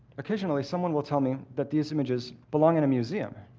occasionally, someone will tell me that these images belong in a museum.